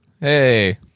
Hey